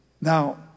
Now